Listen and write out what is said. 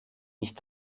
nicht